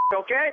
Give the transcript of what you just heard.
okay